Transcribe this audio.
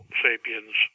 sapiens